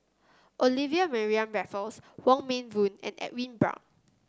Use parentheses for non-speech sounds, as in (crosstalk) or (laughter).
Olivia Mariamne Raffles Wong Meng Voon and Edwin (noise) Brown